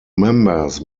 members